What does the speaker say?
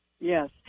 Yes